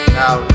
now